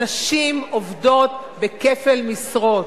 הנשים עובדות בכפל משרות,